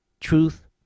Truth